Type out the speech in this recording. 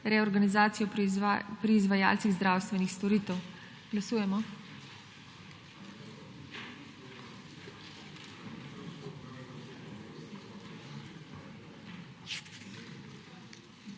reorganizacijo pri izvajalcih zdravstvenih storitev. Glasujemo.